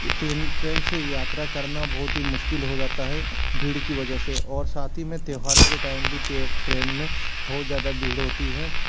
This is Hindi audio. ट्रेन से यात्रा करना बहुत ही मुश्किल हो जाता है भीड़ की वजह से और साथ ही में त्योहारों के टाइम भी ट्रेन में बहुत ज़्यादा भीड़ होती हैं